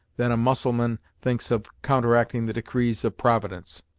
than a mussulman thinks of counteracting the decrees of providence.